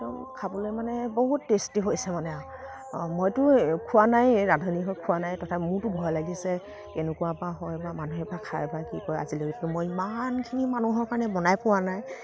একদম খাবলৈ মানে বহুত টেষ্টী হৈছে মানে আৰু মইতো খোৱা নাইয়েই ৰান্ধনি হৈ খোৱা নাই মোৰতো ভয় লাগিছে কেনেকুৱা বা হয় বা মানুহে বা খাই বাই কি কয় আজিলৈকে মই ইমানখিনি মানুহৰ কাৰণে বনাই পোৱা নাই